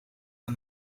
aan